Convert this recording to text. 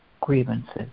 grievances